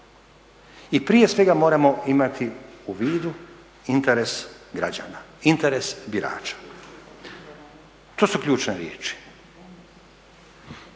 I prije svega moramo imati u vidu interes građana, interes birača. To su ključne riječi.